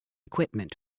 equipment